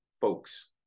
folks